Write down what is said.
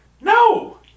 No